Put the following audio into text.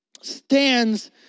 stands